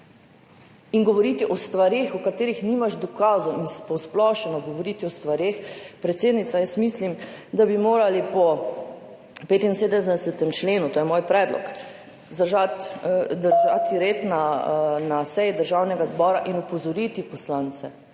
in govoriti o stvareh, o katerih nimaš dokazov, in posplošeno govoriti o stvareh … Predsednica, mislim, da bi morali po 75. členu, to je moj predlog, držati red na seji Državnega zbora in opozoriti poslance,